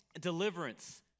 deliverance